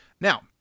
Now